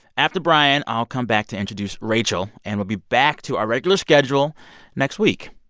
after brian, i'll come back to introduce rachel. and we'll be back to our regular schedule next week.